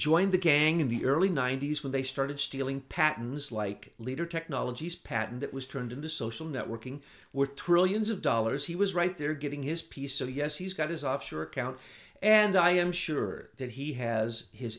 joined the gang in the early ninety's when they started stealing patents like leader technologies patent that was turned into social networking with trillions of dollars he was right there getting his piece of yes he's got his offshore accounts and i am sure that he has his